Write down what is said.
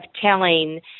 telling